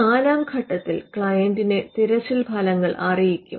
നാലാം ഘട്ടത്തിൽ ക്ലയന്റിനെ തിരച്ചിൽ ഫലങ്ങൾ അറിയിക്കും